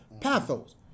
pathos